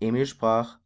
emil sprach